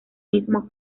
mismo